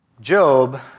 Job